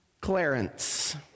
Clarence